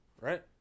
right